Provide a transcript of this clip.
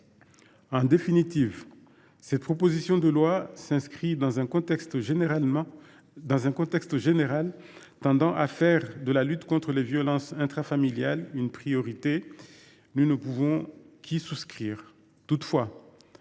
et plus graves. Cette proposition de loi s’inscrit dans un contexte général tendant à faire de la lutte contre les violences intrafamiliales une priorité ; nous ne pouvons qu’y souscrire.